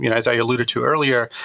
you know as i eluded to earlier,